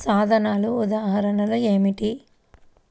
సాధనాల ఉదాహరణలు ఏమిటీ?